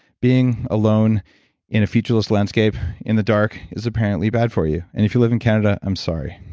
being alone in a featureless landscape in the dark is apparently bad for you. and if you live in canada, i'm sorry.